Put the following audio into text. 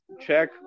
check